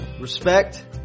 Respect